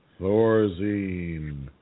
Thorazine